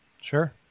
Sure